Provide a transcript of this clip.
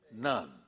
None